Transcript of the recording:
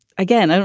again,